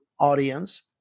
audience